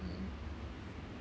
mm